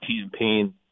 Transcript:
campaign